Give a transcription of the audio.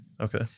Okay